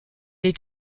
est